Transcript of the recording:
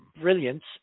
brilliance